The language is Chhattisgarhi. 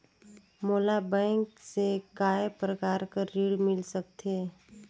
मोला बैंक से काय प्रकार कर ऋण मिल सकथे?